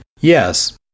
Yes